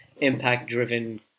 impact-driven